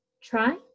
try